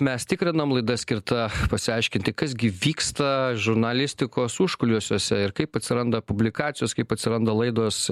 mes tikrinam laida skirta pasiaiškinti kas gi vyksta žurnalistikos užkulisiuose ir kaip atsiranda publikacijos kaip atsiranda laidos